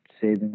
saving